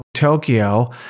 Tokyo